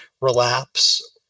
relapse